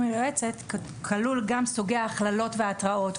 ליועצת כלולים גם סוגי ההכללות וההתראות.